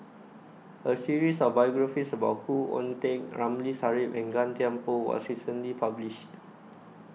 A series of biographies about Khoo Oon Teik Ramli Sarip and Gan Thiam Poh was recently published